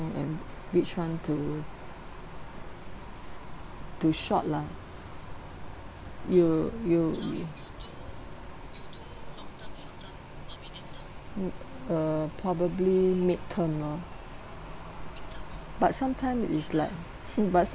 and which one to to short lah you you uh probably midterm loh but sometime's it's like but some